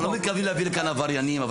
אנחנו לא מתכוונים להביא לכאן עבריינים.